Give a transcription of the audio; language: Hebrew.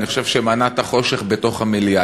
אני חושב שמנעת חושך בתוך המליאה.